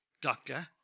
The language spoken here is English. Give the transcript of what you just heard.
doctor